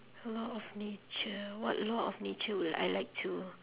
law of nature what law of nature would I like to